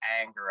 anger